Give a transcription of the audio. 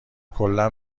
کلا